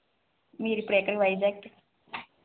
మీరు ఇప్పుడు ఎక్కడికి వైజాగ్